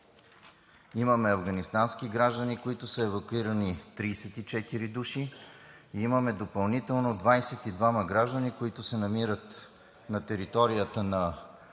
имаме афганистански граждани, които са евакуирани – 34 души, имаме допълнително – 22-ма граждани, които се намират на територията на